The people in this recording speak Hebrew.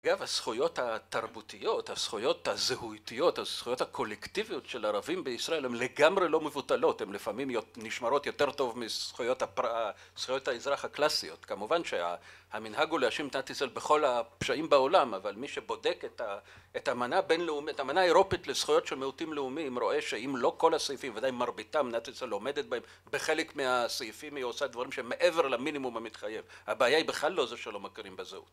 אגב, הזכויות התרבותיות, הזכויות הזהויותיות, הזכויות הקולקטיביות של ערבים בישראל, הן לגמרי לא מבוטלות, הן לפעמים נשמרות יותר טוב מזכויות האזרח הקלאסיות. כמובן שהמנהג הוא להאשים את מדינת ישראל בכל הפשעים בעולם, אבל מי שבודק את האמנה בינלאומית, את האמנה האירופית לזכויות של מיעוטים לאומיים רואה שאם לא כל הסעיפים ודאי מרביתם מדינת ישראל עומדת בהם בחלק מהסעיפים היא עושה דברים שמעבר למינימום המתחייב הבעיה היא בכלל לא זה שלא מכירים בזהות